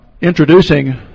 Introducing